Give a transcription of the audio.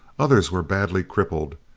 others were badly crippled,